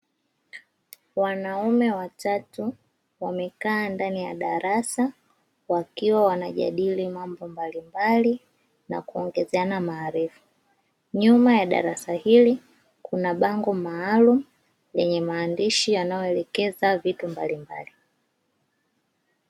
Wanaume watatu wamekaa ndani ya darasa wakiwa wanajadili mambo mbalimbali na kuongezana maarifa nyuma ya darasa hili kuna bango maalum yenye maandishi yanayoelekeza vitu mbalimbali.